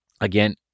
again